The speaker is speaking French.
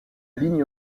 ligne